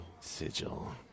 sigil